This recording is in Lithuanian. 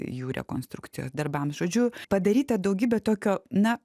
jų rekonstrukcijos darbams žodžiu padaryta daugybė tokio na